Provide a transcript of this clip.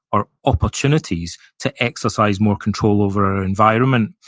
or opportunities to exercise more control over our environment,